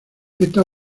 esta